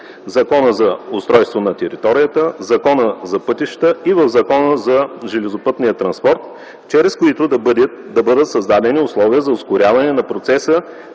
Закона за устройство на територията, Закона за пътищата и в Закона за железопътния транспорт, чрез които да бъдат създадени условия за ускоряване на процеса